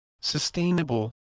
sustainable